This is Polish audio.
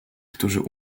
którzy